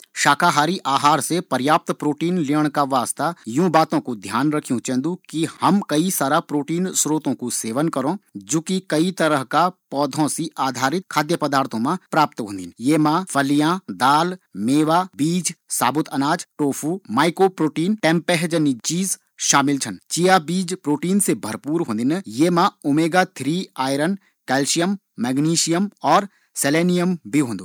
शाकाहारी अहार से पर्याप्त प्रोटीन लेण का वास्ता यु बातो कु ध्यान रखयूँ चेंदु कि हम कई सारा प्रोटीन स्रोतो कु भोजन ग्रहण करो, फलियां साबुत अनाज फल हरी सब्जी चिया बीज ओमेगा तीन प्रोटीन से भरपूर होदिन।